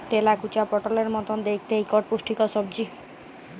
তেলাকুচা পটলের মত দ্যাইখতে ইকট পুষ্টিকর সবজি